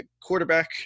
quarterback